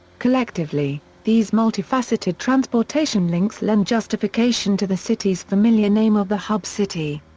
collectively, these multifaceted transportation links lend justification to the city's familiar name of the hub city.